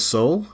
Soul